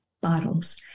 bottles